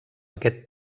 aquest